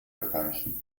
erreichen